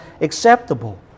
acceptable